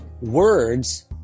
words